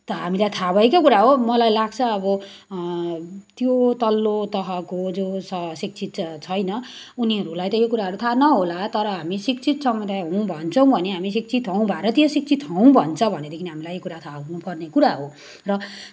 त हामीलाई थाहा भएकै कुरा हो मलाई लाग्छ अब त्यो तल्लो तहको जो स शिक्षित छैन उनीहरूलाई त यो कुराहरू थाहा नहोला तर हामी शिक्षित समुदाय हौँ भन्छौँ भने हामी शिक्षित हौँ भारतीय शिक्षित हौँ भन्छ भनेदेखि हामीलाई यो कुरा थाहा हुनुपर्ने कुरा हो र